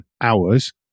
hours